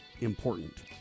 important